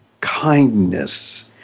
kindness